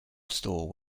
store